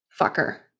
Fucker